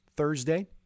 Thursday